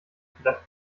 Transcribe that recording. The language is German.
vielleicht